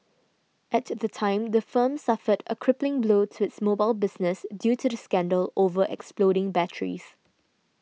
at the time the firm suffered a crippling blow to its mobile business due to the scandal over exploding batteries